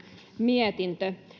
mietintö